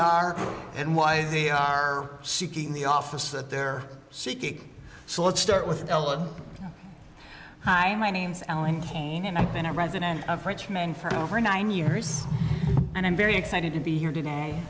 are and why they are seeking the office that they're seeking so let's start with ellen hi my name's allen cain and i've been a resident of frenchmen for over nine years and i'm very excited to be here today